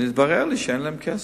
והתברר לי שאין להם כסף.